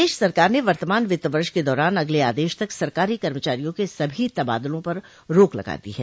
प्रदेश सरकार ने वर्तमान वित्त वर्ष के दौरान अगले आदेश तक सरकारी कर्मचारियों के सभी तबादलों पर रोक लगा दी है